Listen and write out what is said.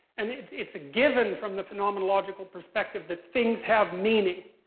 and it's it's a given from the phenomenological perspective that things have meaning.